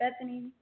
Bethany